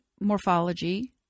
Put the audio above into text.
morphology